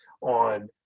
on